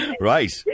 Right